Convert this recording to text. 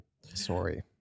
Sorry